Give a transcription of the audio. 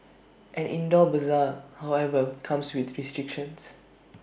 an indoor Bazaar however comes with restrictions